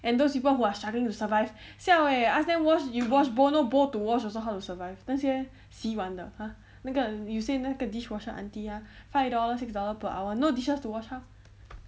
and those people who are struggling to survive siao eh ask them wash you wash bowl no bowl to wash also how to survive 那些洗碗的 !huh! 那个 you say 那个 dishwasher auntie ah five dollar six dollar per hour no dishes to wash how